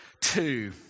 two